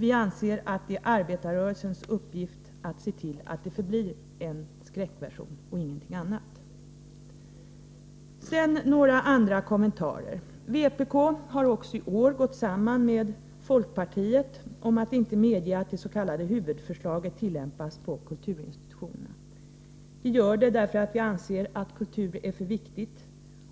Vi anser att det är arbetarrörelsens uppgift att se till att det förblir en skräckvision och ingenting annat. Sedan några andra kommentarer. Vpk har också i år gått samman med folkpartiet om att inte medge att det s.k. huvudförslaget tillämpas på kulturinstitutionerna. Vi har gjort det därför att vi anser att kultur är för viktigt